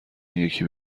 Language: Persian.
یکی